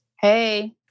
Hey